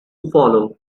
follow